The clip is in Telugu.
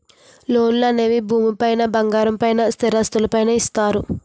లోన్లు అనేవి భూమి పైన బంగారం పైన స్థిరాస్తులు పైన ఇస్తారు